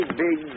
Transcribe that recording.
big